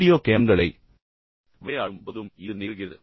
video கேம்களை விளையாடும் போதும் இது நிகழ்கிறது